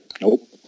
Nope